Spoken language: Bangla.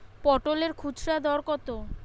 পটলের খুচরা দর কত?